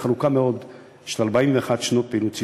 ארוכה מאוד של 41 שנות פעילות ציבורית.